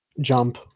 Jump